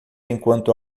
enquanto